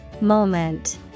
Moment